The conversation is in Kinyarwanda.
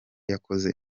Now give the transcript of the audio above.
yakoze